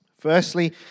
Firstly